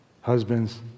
Husbands